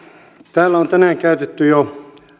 täällä on tänään käytetty jo